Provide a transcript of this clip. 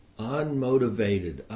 unmotivated